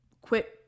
quit